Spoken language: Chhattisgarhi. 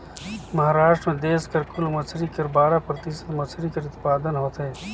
महारास्ट में देस कर कुल मछरी कर बारा परतिसत मछरी कर उत्पादन होथे